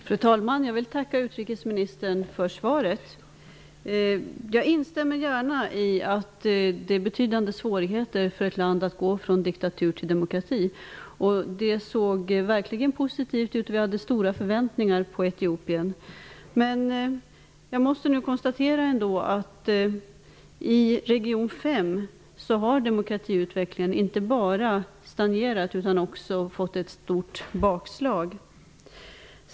Fru talman! Jag vill tacka utrikesministern för svaret. Jag instämmer gärna i att det är betydande svårigheter för ett land att gå från diktatur till demokrati. Det såg verkligen positivt ut, och vi hade stora förväntningar på Etiopien. Men jag måste konstatera att i Region 5 har demokratiutvecklingen inte bara stagnerat utan också fått ett stort bakslag.